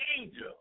angel